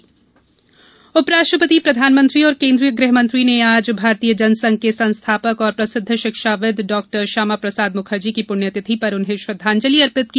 श्यामा प्रसाद मुखर्जी उपराष्ट्रपति प्रधानमंत्री और केन्द्रीय गृह मंत्री ने आज भारतीय जन संघ के संस्थापक और प्रसिद्व शिक्षाविद डॉक्टर श्यामा प्रसाद मुखर्जी की पृण्यतिथि पर उन्हें श्रद्वाजंलि अर्पित की